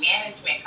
management